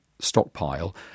stockpile